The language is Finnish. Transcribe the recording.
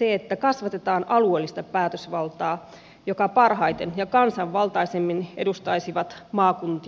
että kasvatetaan alueellista päätösvaltaa jota parhaiten ja kansanvaltaisimmin edustaisivat maakuntien liitot